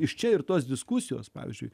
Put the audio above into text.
iš čia ir tos diskusijos pavyzdžiui